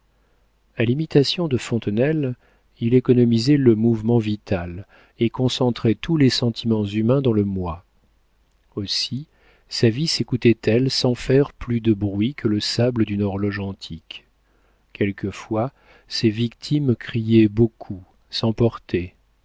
a l'imitation de fontenelle il économisait le mouvement vital et concentrait tous les sentiments humains dans le moi aussi sa vie sécoulait elle sans faire plus de bruit que le sable d'une horloge antique quelquefois ses victimes criaient beaucoup s'emportaient